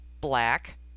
Black